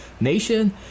Nation